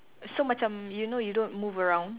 so macam you know you don't move around